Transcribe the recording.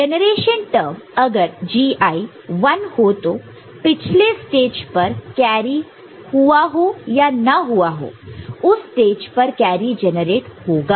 generation term अगर Gi 1 हो तो पिछले स्टेज पर कैरी carry हुआ हो या ना हुआ हो उस स्टेज पर कैरी जनरेट होगा